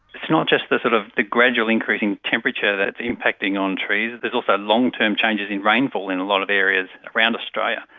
it's not just the sort of the gradual increase in temperature that's impacting on trees, there is also long-term changes in rainfall in a lot of areas around australia,